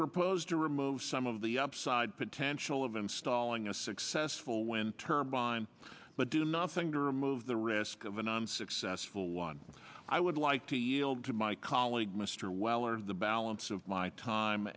propose to remove some of the upside potential of installing a successful wind turbine but do nothing to remove the risk of an unsuccessful one i would like to yield to my colleague mr weller of the balance of my time